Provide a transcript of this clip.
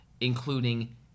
including